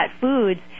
foods